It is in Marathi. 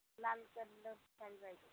लाल कलरची साडी पाहिजे